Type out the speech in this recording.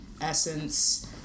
Essence